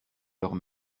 leurs